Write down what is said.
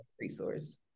resource